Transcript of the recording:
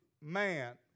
man